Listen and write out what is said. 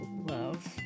Love